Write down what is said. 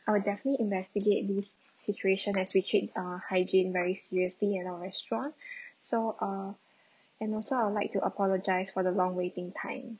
I will definitely investigate this situation as we treat uh hygiene very seriously at our restaurant so uh and also I would like to apologise for the long waiting time